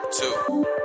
two